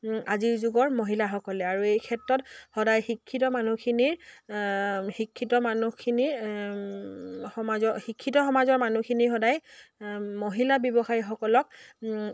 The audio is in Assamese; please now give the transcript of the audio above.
আজিৰ যুগৰ মহিলাসকলে আৰু এই ক্ষেত্ৰত সদায় শিক্ষিত মানুহখিনিৰ শিক্ষিত মানুহখিনিৰ সমাজৰ শিক্ষিত সমাজৰ মানুহখিনি সদায় মহিলা ব্যৱসায়সকলক